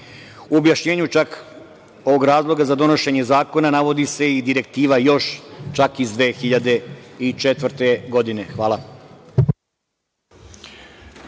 U objašnjenju čak ovog razloga za donošenje zakona navodi se i direktiva još čak iz 2004. godine. Hvala.